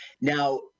Now